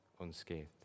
unscathed